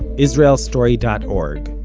israelstory dot org,